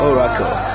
Oracle